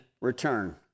return